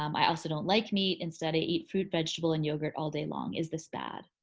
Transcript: um i also don't like meat instead i eat fruit, vegetable and yogurt all day long. is this bad?